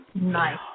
Nice